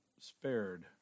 spared